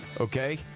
okay